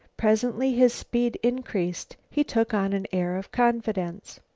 presently his speed increased. he took on an air of confidence.